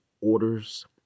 orders